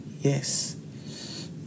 yes